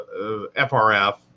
FRF